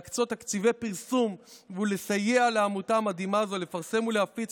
להקצות תקציבי פרסום ולסייע לעמותה המדהימה הזו לפרסם ולהפיץ